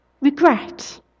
regret